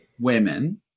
women